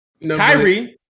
Kyrie